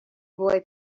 boy